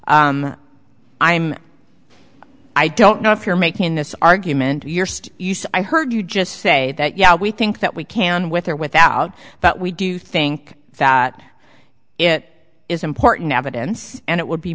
you i'm i don't know if you're making this argument to your use i heard you just say that yeah we think that we can with or without but we do think that it is important evidence and it would be